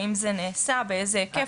האם זה נעשה, באיזה היקף?